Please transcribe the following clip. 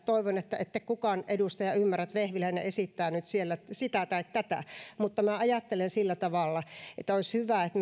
toivon että ette kukaan edustaja ymmärrä että vehviläinen esittää nyt siellä sitä tai tätä mutta minä ajattelen sillä tavalla että olisi hyvä että